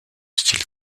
style